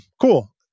Cool